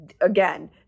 again